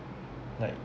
like